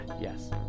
yes